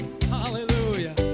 hallelujah